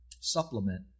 supplement